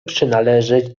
przynależeć